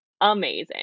amazing